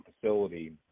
facility